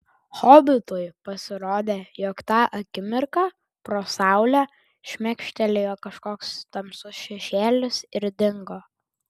hobitui pasirodė jog tą akimirką pro saulę šmėkštelėjo kažkoks tamsus šešėlis ir dingo